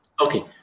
Okay